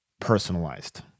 personalized